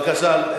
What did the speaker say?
בבקשה.